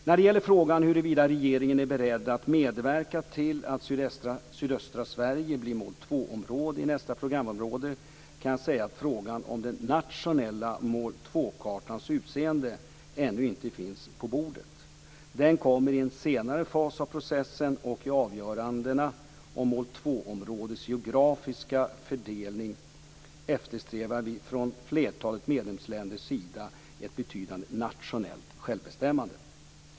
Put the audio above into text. När det gäller frågan huruvida regeringen är beredd att medverka till att sydöstra Sverige blir mål 2 område i nästa programperiod kan jag säga att frågan om den nationella mål 2-kartans utseende ännu inte finns på bordet. Den kommer i en senare fas av processen, och i avgörandena om mål 2-områdets geografiska fördelning eftersträvar vi från flertalet medlemsländers sida ett betydande nationellt självbestämmande.